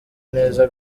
neza